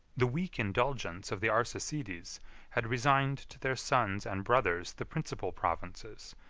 the weak indulgence of the arsacides had resigned to their sons and brothers the principal provinces,